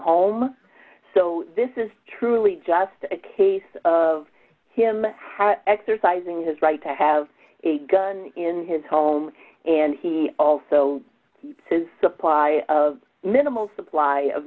home so this is truly just a case of him exercising his right to have a gun in his home and he also says supply of minimal supply of